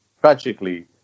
tragically